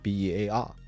Bear